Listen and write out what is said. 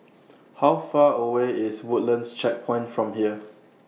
How Far away IS Woodlands Checkpoint from here